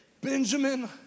Benjamin